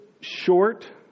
short